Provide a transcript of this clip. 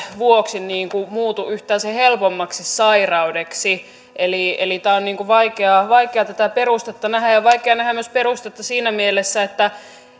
vuoksi muutu yhtään sen helpommaksi sairaudeksi eli eli on vaikea tätä perustetta nähdä ja vaikea nähdä perustetta myös siinä mielessä että